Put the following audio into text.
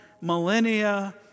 millennia